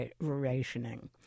rationing